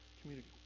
community